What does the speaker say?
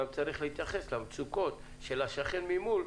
גם צריך להתייחס למצוקות של השכן ממול,